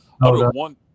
one